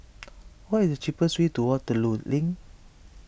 what is the cheapest way to Waterloo Link